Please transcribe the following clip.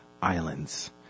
islands